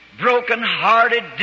broken-hearted